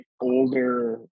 older